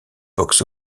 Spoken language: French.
box